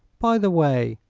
by the way,